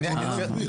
תנו לו להסביר.